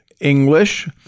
English